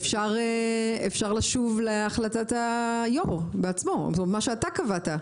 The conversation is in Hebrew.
אפשר לשוב להחלטת היו"ר בעצמו, מה שאתה קבעת.